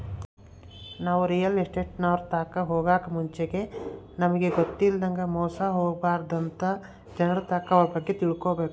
ನಾವು ರಿಯಲ್ ಎಸ್ಟೇಟ್ನೋರ್ ತಾಕ ಹೊಗಾಕ್ ಮುಂಚೆಗೆ ನಮಿಗ್ ಗೊತ್ತಿಲ್ಲದಂಗ ಮೋಸ ಹೊಬಾರ್ದಂತ ನಾಕ್ ಜನರ್ತಾಕ ಅವ್ರ ಬಗ್ಗೆ ತಿಳ್ಕಬಕು